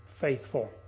faithful